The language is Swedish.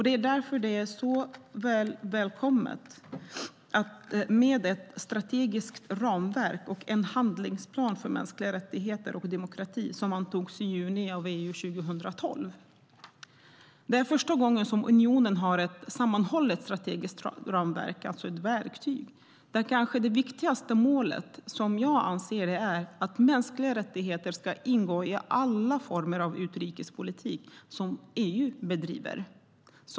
Därför är det särskilt välkommet med det strategiska ramverk och den handlingsplan för mänskliga rättigheter och demokrati som antogs av EU i juni 2012. Det är första gången som unionen har ett sammanhållet strategiskt ramverk, alltså ett verktyg. Kanske är det viktigaste målet, som jag ser det, att mänskliga rättigheter ska ingå i alla former av utrikespolitik som EU bedriver.